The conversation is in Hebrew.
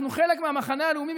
אנחנו חלק מהמחנה הלאומי,